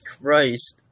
Christ